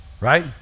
Right